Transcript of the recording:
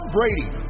Brady